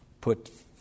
put